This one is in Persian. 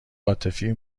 عاطفی